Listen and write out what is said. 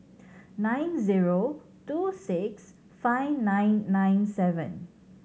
nine zero two six five nine nine seven